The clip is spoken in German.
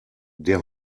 der